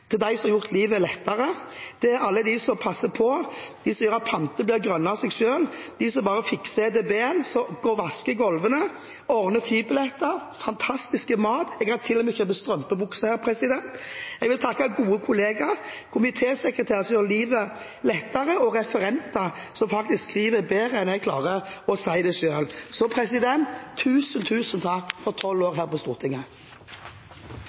alle de som passer på, de som gjør at planter blir grønne av seg selv, de som bare fikser EDB-en, de som vasker gulvene, de som ordner flybilletter, de som tilbyr fantastisk mat, og jeg kan til og med kjøpe strømpebukser her. Jeg vil takke gode kolleger og komitésekretærer, som gjør livet lettere – og referenter, som skriver bedre enn jeg klarer å si det selv. Tusen, tusen takk for tolv år her på Stortinget!